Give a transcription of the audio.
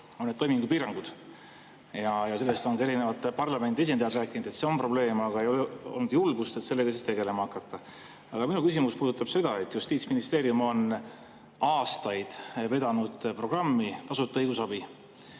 on need toimingupiirangud. Sellest on ka erinevad parlamendi esindajad rääkinud, et see on probleem, aga ei ole olnud julgust sellega tegelema hakata. Aga minu küsimus puudutab seda, et Justiitsministeerium on aastaid vedanud programmi "Tasuta õigusabi".